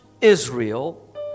Israel